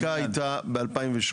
החקיקה הייתה ב-2008.